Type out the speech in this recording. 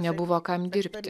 nebuvo kam dirbti